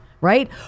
right